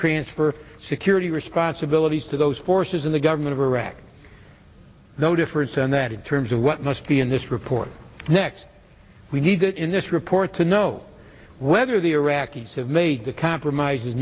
transfer security responsibilities to those forces in the government of iraq no difference and that in terms of what must be in this report next we need it in this report to know whether the iraqis have made the compromise